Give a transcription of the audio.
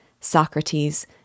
Socrates